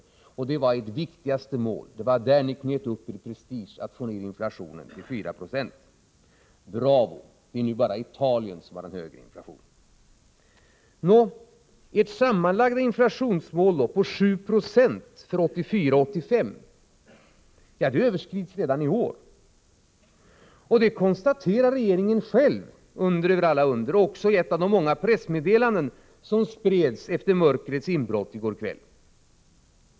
Detta har ni uppnått, trots att det var ert viktigaste mål att driva ner inflationen till 4 90, trots att det var på detta ni satsade er prestige. Bravo! Det är nu bara Italien som har en högre inflation. Hur går det då med regeringens sammanlagda inflationsmål på 7 90 för 1984 och 1985? Det överskrids redan i år. Det konstaterar regeringen själv — under över alla under. Också det konstaterandet gjorde man i ett av de många pressmeddelanden som spreds efter mörkrets inbrott i går kväll.